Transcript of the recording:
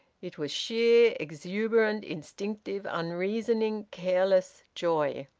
it was sheer, exuberant, instinctive, unreasoning, careless joy.